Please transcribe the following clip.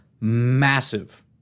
massive